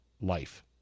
life